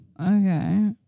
okay